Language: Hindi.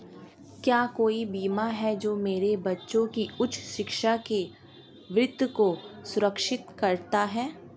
क्या कोई बीमा है जो मेरे बच्चों की उच्च शिक्षा के वित्त को सुरक्षित करता है?